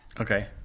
Okay